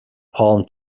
palm